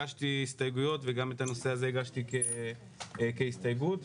נירה שפק, בבקשה.